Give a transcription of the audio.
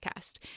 podcast